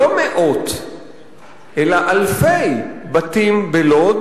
לא מאות אלא אלפי בתים בלוד,